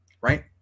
right